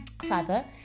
Father